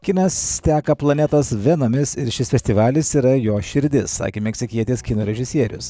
kinas teka planetos venomis ir šis festivalis yra jo širdis sakė meksikietis kino režisierius